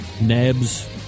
NEBS